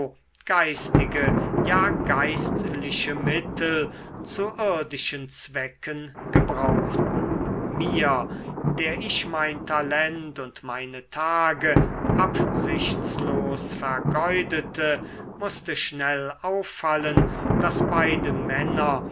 geistige ja geistliche mittel zu irdischen zwecken gebrauchten mir der ich mein talent und meine tage absichtslos vergeudete mußte schnell auffallen daß beide männer